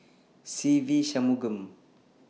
Se Ve Shanmugam